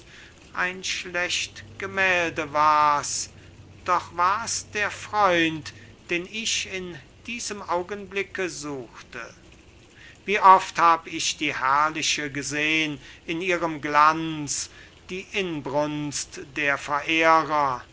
ein schlecht gemälde wars doch wars der freund den ich in diesem augenblicke suchte wie oft hab ich die herrliche gesehn in ihrem glanz die inbrunst der verehrer